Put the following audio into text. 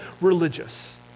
religious